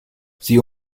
sie